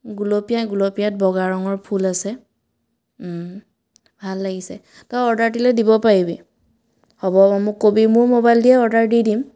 গুলপীয়াই গুলপীয়াত বগা ৰঙৰ ফুল আছে ভাল লাগিছে তই অৰ্ডাৰ দিলে দিব পাৰিবি হ'ব মোক ক'বি মোৰ ম'বাইল দিয়েই অৰ্ডাৰ দি দিম